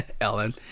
Ellen